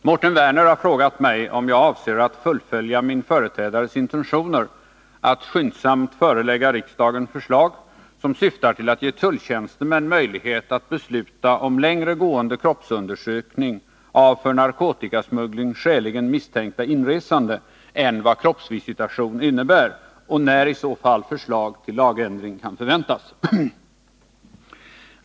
Herr talman! Mårten Werner har frågat mig om jag avser att fullfölja min företrädares intentioner att skyndsamt förelägga riksdagen förslag, som syftar till att ge tulltjänstemän möjlighet att besluta om längre gående kroppsundersökning av för narkotikasmuggling skäligen misstänkta inresande än vad kroppsvisitation innebär, och när i så fall förslag till lagändring kan förväntas.